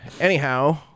Anyhow